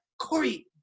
Corey